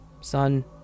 Son